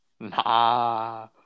Nah